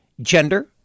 gender